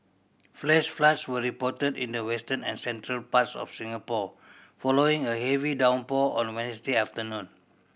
flash floods were reported in the western and central parts of Singapore following a heavy downpour on Wednesday afternoon